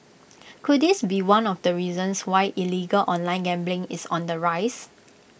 could this be one of the reasons why illegal online gambling is on the rise